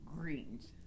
greens